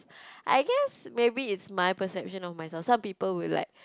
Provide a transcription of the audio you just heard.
I guess maybe its my perception of myself some people will like